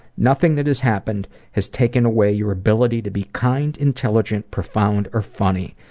nothing that has happened has taken away your ability to be kind, intelligent, profound or funny.